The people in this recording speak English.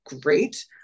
great